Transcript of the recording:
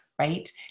right